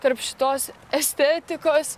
tarp šitos estetikos